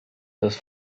dass